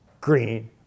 green